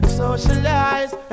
socialize